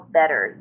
better